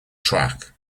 track